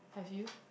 have you